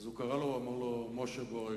אז הוא קרא לו ואמר לו: משה, בוא רגע.